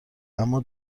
اما